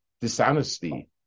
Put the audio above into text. dishonesty